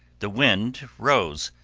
the wind rose,